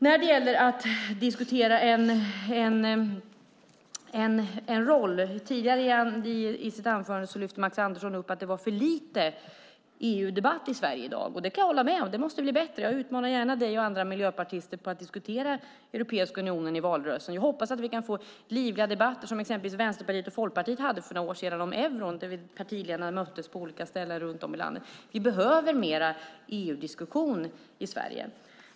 Man kan diskutera en roll. I sitt anförande tidigare lyfte Max Andersson upp att det var för lite EU-debatt i Sverige i dag. Det kan jag hålla med om. Det måste bli bättre. Jag utmanar gärna dig och andra miljöpartister i att diskutera Europeiska unionen i valrörelsen. Jag hoppas att vi kan få livliga debatter, som exempelvis Vänsterpartiet och Folkpartiet hade för några år sedan om euron, då partiledarna möttes på olika ställen runt om i landet. Vi behöver mer EU-diskussion i Sverige.